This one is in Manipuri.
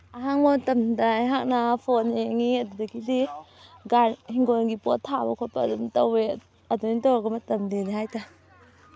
ꯑꯍꯥꯡꯕ ꯃꯇꯝꯗ ꯑꯩꯍꯥꯛꯅ ꯐꯣꯟ ꯌꯦꯡꯉꯤ ꯑꯗꯨꯗꯒꯤꯗꯤ ꯒꯥꯔ ꯏꯪꯈꯣꯜꯒꯤ ꯄꯣꯠ ꯊꯥꯕ ꯈꯣꯠꯄ ꯑꯗꯨꯝ ꯇꯧꯏ ꯑꯗꯨꯃꯥꯏꯅ ꯇꯧꯔꯒ ꯃꯇꯝ ꯂꯦꯜꯂꯤ ꯍꯥꯏꯇꯥꯏ